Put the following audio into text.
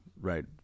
right